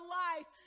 life